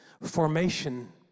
Formation